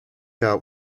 out